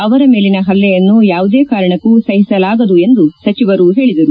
ಅವರ ಮೇಲಿನ ಪಲ್ಲೆಯನ್ನು ಯಾವುದೇ ಕಾರಣಕ್ಕೂ ಸಹಿಸಲು ಆಗದು ಎಂದು ಸಚಿವರು ಹೇಳಿದರು